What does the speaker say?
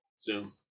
Zoom